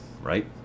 right